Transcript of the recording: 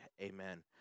Amen